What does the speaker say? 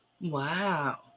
Wow